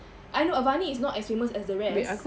I know avani is not as famous as the rest